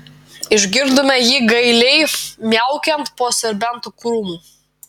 išgirdome jį gailiai miaukiant po serbento krūmu